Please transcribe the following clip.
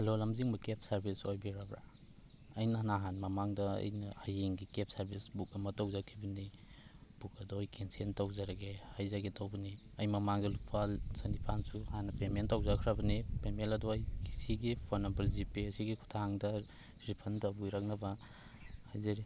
hello ꯂꯝꯖꯤꯡꯕ cab service ꯑꯣꯏꯕꯤꯔꯕ꯭ꯔꯥ ꯑꯩꯅ ꯅꯍꯥꯟ ꯃꯃꯥꯡꯗ ꯑꯩꯅ ꯍꯌꯦꯡꯒꯤ ꯀꯦꯕ ꯁꯥꯔꯚꯤꯁ ꯕꯨꯛ ꯑꯃ ꯇꯧꯖꯈꯤꯕꯅꯤ ꯕꯨꯛ ꯑꯗꯣ ꯑꯩ ꯀꯦꯟꯁꯦꯜ ꯇꯧꯖꯔꯒꯦ ꯍꯥꯏꯖꯒꯦ ꯇꯧꯕꯅꯤ ꯑꯩ ꯃꯃꯥꯡꯗ ꯂꯨꯄꯥ ꯆꯅꯤꯄꯥꯟꯁꯨ ꯍꯥꯟꯅ ꯄꯦꯃꯦꯟ ꯇꯧꯖꯈ꯭ꯔꯕꯅꯤ ꯄꯦꯃꯦꯟ ꯑꯗꯣ ꯑꯩ ꯁꯤꯒꯤ ꯐꯣꯟ ꯅꯝꯕꯔ ꯖꯤꯄꯦ ꯑꯁꯤꯒꯤ ꯈꯨꯊꯥꯡꯗ ꯔꯤꯐꯟ ꯇꯧꯕꯤꯔꯛꯅꯕ ꯍꯥꯏꯖꯔꯤ